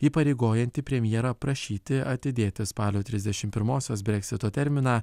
įpareigojantį premjerą prašyti atidėti spalio trisdešim pirmosios breksito terminą